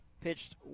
pitched